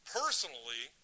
personally